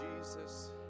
Jesus